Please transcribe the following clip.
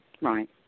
Right